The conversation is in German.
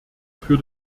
für